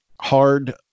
hard